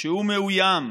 שהוא מאוים,